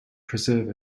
preserve